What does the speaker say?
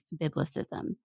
biblicism